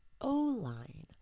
o-line